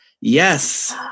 Yes